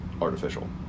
artificial